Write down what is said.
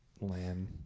land